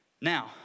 Now